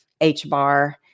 HBAR